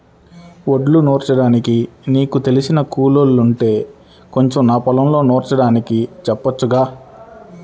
వడ్లు నూర్చడానికి నీకు తెలిసిన కూలోల్లుంటే కొంచెం నా పొలం నూర్చడానికి చెప్పొచ్చుగా